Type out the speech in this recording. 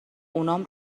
اونام